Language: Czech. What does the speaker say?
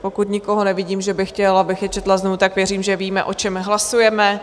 Pokud nikoho nevidím, že by chtěl, abych je četla znovu, tak věřím, že víme, o čem hlasujeme.